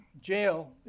jail